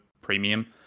premium